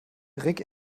rick